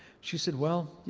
she said, well,